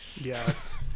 Yes